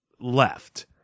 left